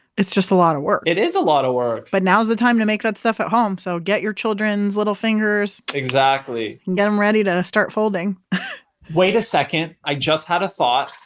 it's just a lot of work it is a lot of work but now's the time to make that stuff at home. so get your children's little fingers exactly. and get them ready to start folding wait a second. i just had a thought.